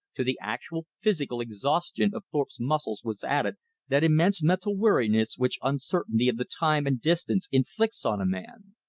to the actual physical exhaustion of thorpe's muscles was added that immense mental weariness which uncertainty of the time and distance inflicts on a man.